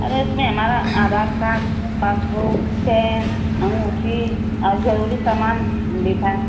अरे उसमें हमारे आधार कार्ड पासबूक चेन अंगूठी और जरूरी समान भी था